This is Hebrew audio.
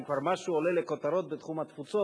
אם כבר משהו עולה לכותרות בתחום התפוצות,